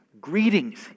Greetings